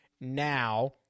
now